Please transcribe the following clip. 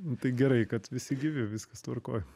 nu tai gerai kad visi gyvi viskas tvarkoj